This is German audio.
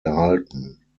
erhalten